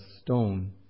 stone